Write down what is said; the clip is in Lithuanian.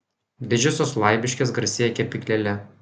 didžiosios laibiškės garsėja kepyklėle